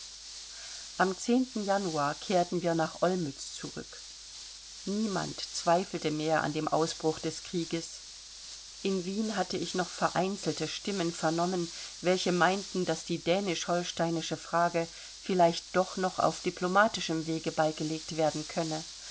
am januar kehrten wir nach olmütz zurück niemand zweifelte mehr an dem ausbruch des krieges in wien hatte ich noch vereinzelte stimmen vernommen welche meinten daß die dänisch holsteinische frage vielleicht doch noch auf diplomatischem wege beigelegt werden könne